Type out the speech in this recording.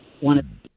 One